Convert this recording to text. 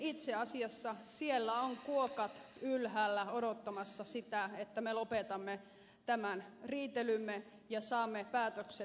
itse asiassa siellä on kuokat ylhäällä odottamassa sitä että me lopetamme tämän riitelymme ja saamme päätökset tehtyä